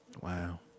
Wow